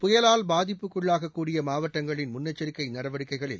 புயலால் பாதிப்புக்குள்ளாகக்கூடிய மாவட்டங்களின் முன்னெச்சரிக்கை நடவடிக்கைகளில்